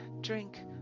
Drink